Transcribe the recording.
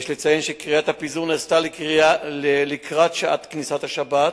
יש לציין כי קריאת הפיזור נעשתה לקראת שעת כניסת השבת,